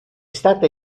stata